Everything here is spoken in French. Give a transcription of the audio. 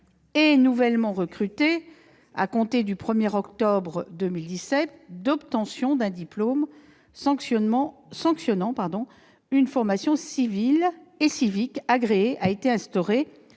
et nouvellement recrutés à compter du 1 octobre 2017, d'obtention d'un diplôme sanctionnant une formation civile et civique agréée a été instaurée